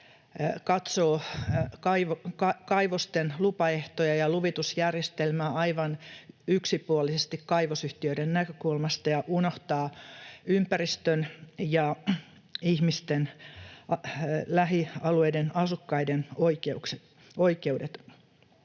katsoo kaivosten lupaehtoja ja luvitusjärjestelmää aivan yksipuolisesti kaivosyhtiöiden näkökulmasta ja unohtaa ympäristön ja ihmisten, lähialueiden asukkaiden oikeudet.